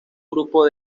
grupo